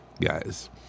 guys